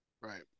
right